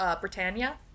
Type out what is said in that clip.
Britannia